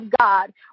God